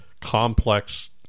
complex